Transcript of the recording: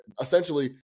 essentially